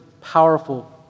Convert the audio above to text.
powerful